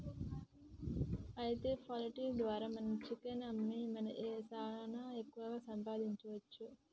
అయితే పౌల్ట్రీ ద్వారా మనం చికెన్ అమ్మి సాన ఎక్కువ సంపాదించవచ్చు